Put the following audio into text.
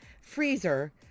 freezer